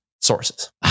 Sources